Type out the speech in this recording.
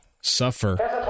suffer